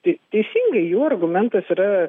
tai teisingai jų argumentas yra